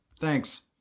thanks